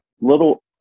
little